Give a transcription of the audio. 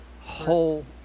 whole